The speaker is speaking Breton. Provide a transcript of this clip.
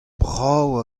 brav